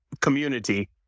community